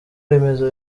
remezo